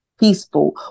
peaceful